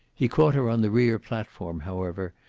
he caught her on the rear platform, however,